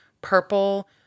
purple